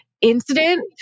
incident